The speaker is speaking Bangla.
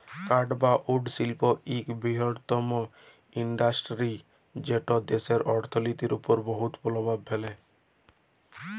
কাঠ বা উড শিল্প ইক বিরহত্তম ইল্ডাসটিরি যেট দ্যাশের অথ্থলিতির উপর বহুত পরভাব ফেলে